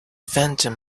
phantom